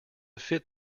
fit